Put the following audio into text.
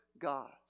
gods